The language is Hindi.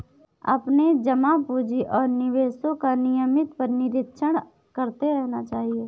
अपने जमा पूँजी और निवेशों का नियमित निरीक्षण करते रहना चाहिए